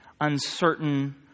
uncertain